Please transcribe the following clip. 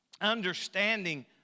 understanding